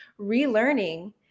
relearning